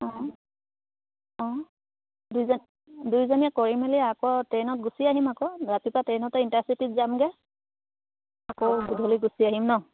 অঁ অঁ দুইজন দুইজনীয়ে কৰি মেলি আকৌ ট্ৰেইনত গুচি আহিম আকৌ ৰাতিপুৱা ট্ৰেইনতে ইণ্টাৰ চিটিত যামগৈ আকৌ গধূলি গুচি আহিম ন'